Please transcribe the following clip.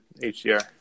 HDR